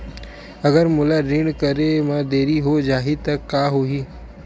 अगर मोला ऋण करे म देरी हो जाहि त का होही?